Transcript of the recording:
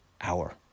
hour